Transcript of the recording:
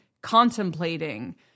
contemplating